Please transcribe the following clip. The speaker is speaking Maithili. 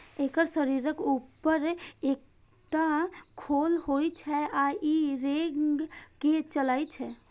एकर शरीरक ऊपर एकटा खोल होइ छै आ ई रेंग के चलै छै